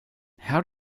how